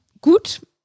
Gut